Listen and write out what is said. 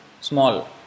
Small